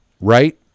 right